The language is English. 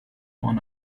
one